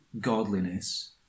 godliness